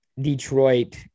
Detroit